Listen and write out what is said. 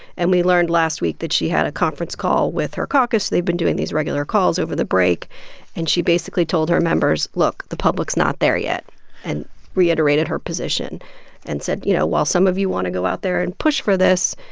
and we learned last week that she had a conference call with her caucus. they've been doing these regular calls over the break and she basically told her members, look the public's not there yet and reiterated her position and said, you know, while some of you want to go out there and push for this,